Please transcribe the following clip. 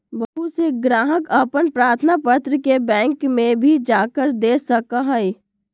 बहुत से ग्राहक अपन प्रार्थना पत्र के बैंक में भी जाकर दे सका हई